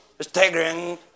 staggering